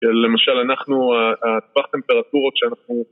למשל אנחנו, הטווח טמפרטורות שאנחנו...